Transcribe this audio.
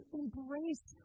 embrace